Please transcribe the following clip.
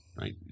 right